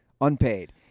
Unpaid